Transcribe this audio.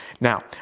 Now